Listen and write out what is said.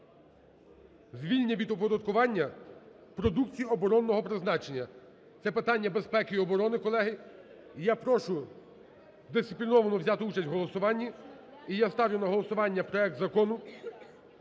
звільнення від оподаткування продукції оборонного призначення. Це питання безпеки і оборони, колеги. І я прошу дисципліновано взяти участь в голосуванні. І я ставлю на голосування проект Закону